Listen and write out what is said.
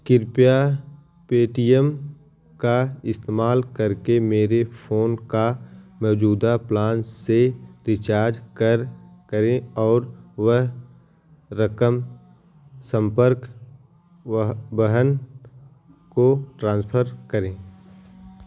कृपया पेटीएम का इस्तेमाल करके मेरे फ़ोन का मौजूदा प्लान से रिचार्ज कर करें और वह रकम सम्पर्क वह बहन को ट्रांसफ़र करें